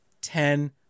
ten